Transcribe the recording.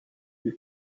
you